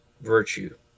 virtue